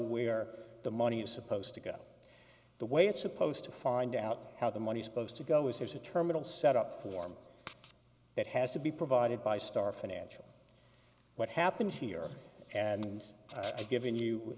where the money is supposed to go the way it's supposed to find out how the money supposed to go is there's a terminal set up form that has to be provided by star financial what happened here and i've given you